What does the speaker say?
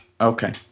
Okay